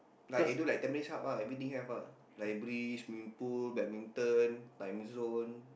like I do like Tampines-Hub ah everything have lah library swimming pool badminton Timezone